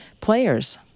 players